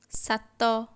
ସାତ